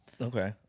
Okay